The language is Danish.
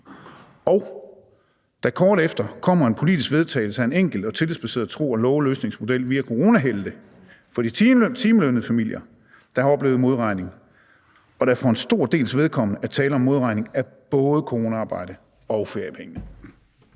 og der kort efter kommer en politisk vedtagelse af en enkel og tillidsbaseret tro og love-løsningsmodel via coronahelte for de timelønnedes familier, der har oplevet modregning, og der for en stor dels vedkommende er tale om modregning af både coronamerarbejde og af feriepengene?